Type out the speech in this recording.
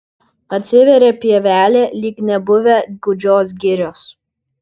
atsiveria pievelė lyg nebuvę gūdžios girios